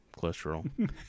cholesterol